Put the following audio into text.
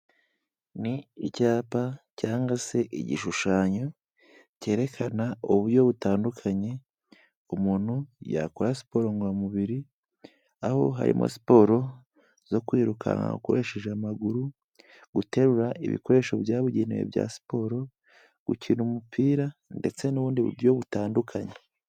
Ni icyapa cyangwa se igishushanyo cyerekana uburyo butandukanye umuntu yakora siporo ngororamubiri, aho harimo siporo zo kwirukanka ukoresheje amaguru, guterura ibikoresho byabugenewe bya siporo, gukina umupira ndetse n'ubundi buryo butandukanye.